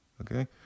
okay